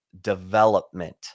development